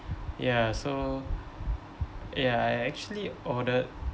ya so ya I actually ordered